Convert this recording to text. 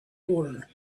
order